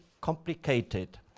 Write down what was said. complicated